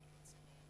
האוצר.